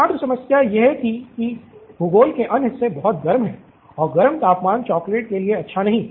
एकमात्र समस्या यह थी कि भूगोल के अन्य हिस्से बहुत गर्म है और गर्म तापमान चॉकलेट के लिए अच्छा नहीं